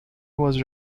was